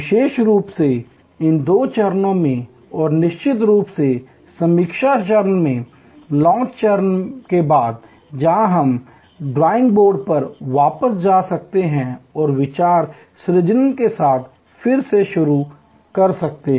विशेष रूप से इन दो चरणों में और निश्चित रूप से समीक्षा चरण में लॉन्च चरण के बाद जहां हम ड्राइंग बोर्ड पर वापस जा सकते हैं और विचार सृजन के साथ फिर से शुरू कर सकते हैं